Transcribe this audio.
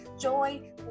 joy